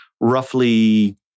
roughly